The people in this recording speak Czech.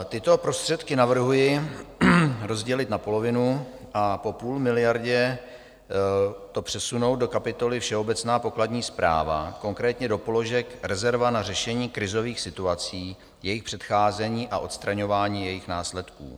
Tyto prostředky navrhuji rozdělit na polovinu a po půl miliardě to přesunout do kapitoly všeobecná pokladní správa, konkrétně do položek rezerva na řešení krizových situací, jejich předcházení a odstraňování jejich následků.